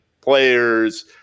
players